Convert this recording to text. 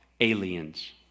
Aliens